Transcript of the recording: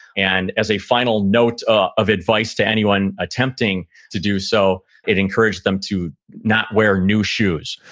and as a final note of advice to anyone attempting to do so, it encouraged them to not wear new shoes